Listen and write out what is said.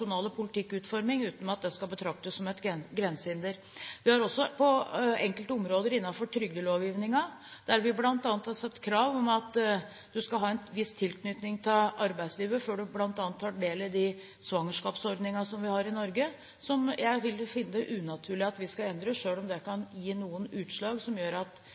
politikkutforming, uten at det skal betraktes som et grensehinder. Vi har også på enkelte områder innenfor trygdelovgivningen stilt krav om at du skal ha en viss tilknytning til arbeidslivet før du tar del i bl.a. de svangerskapsordningene vi har i Norge. Disse ordningene vil jeg finne det unaturlig at vi skal endre, selv om de kan gi noen utslag som gjør at